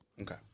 Okay